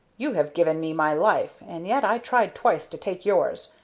you have given me my life, and yet i tried twice to take yours,